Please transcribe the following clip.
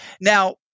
Now